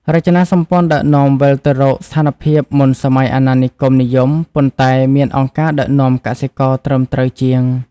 រចនាសម្ព័ន្ធដឹកនាំវិលទៅរកស្ថានភាពមុនសម័យអាណានិគមនិយម ប៉ុន្តែមានអង្គការដឹកនាំកសិករត្រឹមត្រូវជាង។